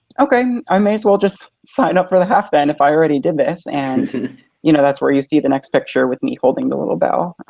okay. i may as well just sign up for the half then if i already did this, and and you know that's where you see the next picture with me holding the little bell.